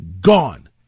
gone